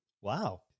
Wow